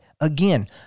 again